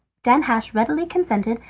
danhasch readily consented,